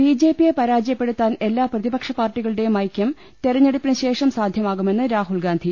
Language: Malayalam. ബിജെപിയെ പരാജയപ്പെടുത്താൻ എല്ലാ പ്രതിപക്ഷ പാർട്ടിക ളുടേയും ഐകൃം തെരഞ്ഞെടുപ്പിന് ശേഷം സാധ്യമാകുമെന്ന് രാഹുൽ ഗാന്ധി